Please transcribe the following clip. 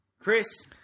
Chris